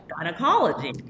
gynecology